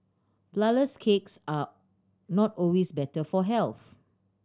flourless cakes are not always better for health